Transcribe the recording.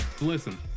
Listen